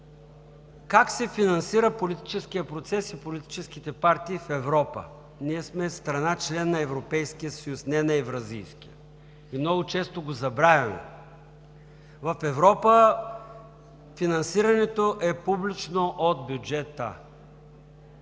как се финансира политическият процес и политическите партии в Европа. Ние сме страна – член на Европейския съюз, а не на Евразийския и много често го забравяме. В Европа финансирането е публично от бюджета.